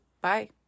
Bye